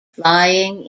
flying